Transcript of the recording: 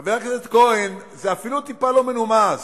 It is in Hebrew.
חבר הכנסת כהן, זה אפילו טיפה לא מנומס.